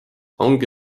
ongi